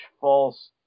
false